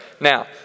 Now